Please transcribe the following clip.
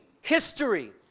history